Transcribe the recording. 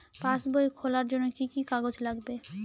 পাসবই খোলার জন্য কি কি কাগজ লাগবে?